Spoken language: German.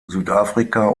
südafrika